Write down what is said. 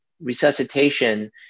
resuscitation